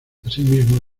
asimismo